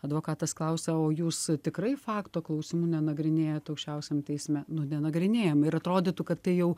advokatas klausia o jūs tikrai fakto klausimų nenagrinėjat aukščiausiam teisme nu nenagrinėjam ir atrodytų kad tai jau